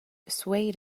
swayed